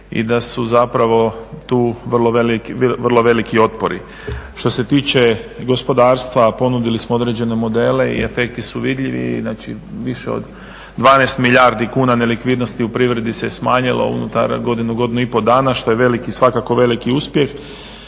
i da su zapravo tu vrlo veliki otpori. Što se tiče gospodarstva ponudili smo određene modele i efekti su vidljivi i znači više od 12 milijardi kuna nelikvidnosti u privredi se smanjilo unutar godinu, godinu i pol dana, što je veliki, svakako veliki uspjeh.